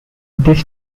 this